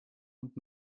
und